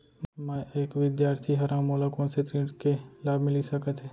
मैं एक विद्यार्थी हरव, मोला कोन से ऋण के लाभ मिलिस सकत हे?